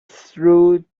through